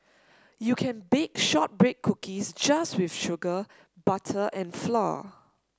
you can bake shortbread cookies just with sugar butter and flour